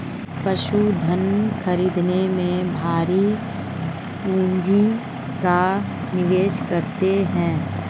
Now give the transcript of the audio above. पशुधन खरीदने में भारी पूँजी का निवेश करते हैं